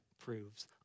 proves